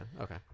okay